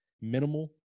Minimal